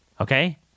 Okay